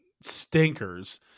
stinkers